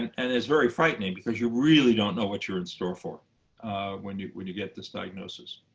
and it's very frightening because you really don't know what you're in store for when you when you get this diagnosis.